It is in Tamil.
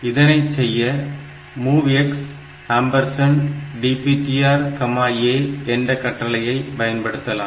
இதனைச் செய்ய MOVX DPTRA என்ற கட்டளையை பயன்படுத்தலாம்